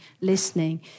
listening